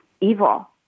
evil